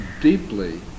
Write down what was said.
deeply